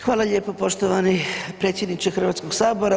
Hvala lijepo poštovani predsjedniče Hrvatskog sabora.